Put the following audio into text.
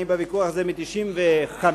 אני בוויכוח הזה מ-1995,